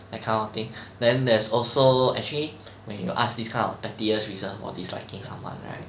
that kind of thing then there's also actually when you ask this kind of pettiest reason for disliking someone right